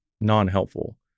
non-helpful